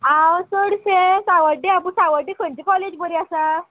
हांव चडशें सावड्ड्यां पूण सावड्डे खंयची कॉलेज बरी आसा